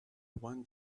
want